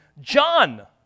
John